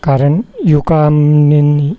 कारण युवकांनी